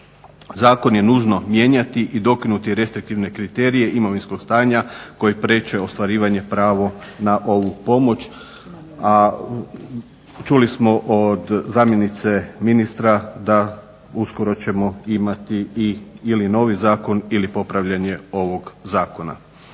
Zakon je nužno mijenjati i dokinuti restriktivne kriterije imovinskog stanja koji priječe ostvarivanje pravo na ovu pomoć. A čuli smo od zamjenice ministra da ćemo uskoro imati ili novi zakon ili popravljanje ovog zakona.